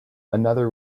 another